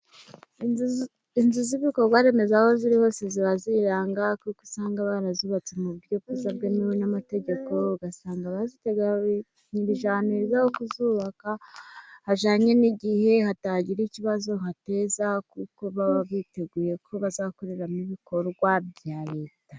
Inzu z'ibikorwa remezo aho ziri hose ziba ziranga, kuko usanga barazubatse mu buryo bwiza, bwemewe n'amategeko, ugasanga baziteganyirije ahantu heza ho kuzubaka hajyanye n'igihe, hatagira ikibazo hateza, kuko baba biteguye ko bazakoreramo ibikorwa bya leta.